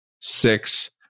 six